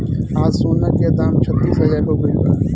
आज सोना के दाम छत्तीस हजार हो गइल बा